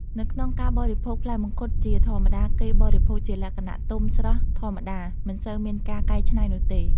នៅក្នុងការបរិភោគផ្លែមង្ឃុតជា ធម្មតាគេបរិភោគជាលក្ខណៈ ទុំស្រស់ធម្មតា មិនសូវមានការកៃច្នៃនោះទេ។